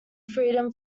freedom